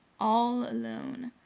all alone.